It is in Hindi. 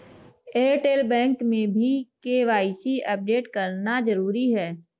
एयरटेल बैंक में भी के.वाई.सी अपडेट करना जरूरी है